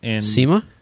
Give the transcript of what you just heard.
SEMA